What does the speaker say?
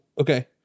okay